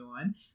on